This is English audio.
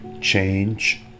change